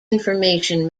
information